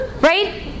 Right